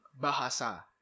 Bahasa